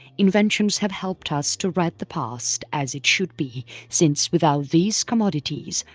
inventions have helped us to write the past as it should be, since without these commodities,